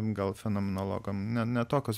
gal fenomenologam ne ne tokios